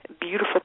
beautiful